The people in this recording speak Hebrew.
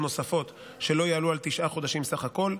נוספות שלא יעלו על תשעה חודשים סך הכול.